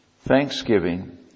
thanksgiving